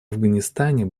афганистане